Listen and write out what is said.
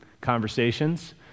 conversations